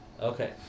Okay